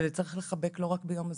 וצריך לחבק לא רק ביום הזיכרון,